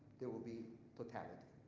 there will be totality.